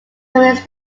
cummings